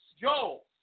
Joel